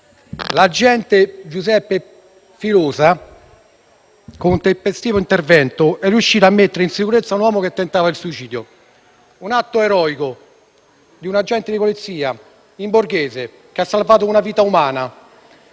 l'agente Giuseppe Filosa, con tempestivo intervento, è riuscito a mettere in sicurezza un uomo che tentava il suicidio. Si tratta di un atto eroico di un agente di polizia in borghese che ha salvato una vita umana.